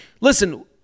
listen